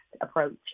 approach